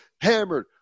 hammered